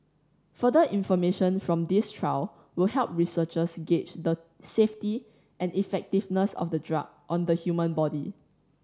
further information from this trial will help researchers gauge the safety and effectiveness of the drug on the human body